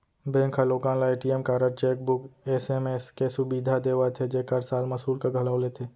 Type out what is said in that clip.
bank ह लोगन ल ए.टी.एम कारड, चेकबूक, एस.एम.एस के सुबिधा देवत हे जेकर साल म सुल्क घलौ लेथे